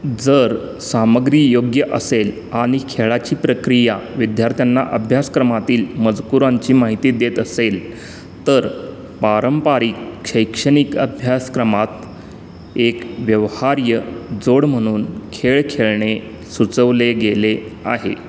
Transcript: जर सामग्री योग्य असेल आणि खेळाची प्रक्रिया विद्यार्थ्यांना अभ्यासक्रमातील मजकुरांची माहिती देत असेल तर पारंपरिक शैक्षणिक अभ्यासक्रमात एक व्यवहार्य जोड म्हणून खेळ खेळणे सुचवले गेले आहे